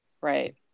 Right